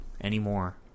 anymore